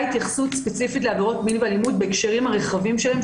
התייחסות ספציפית לעבירות מין ואלימות בהקשרים הרחבים שלהן,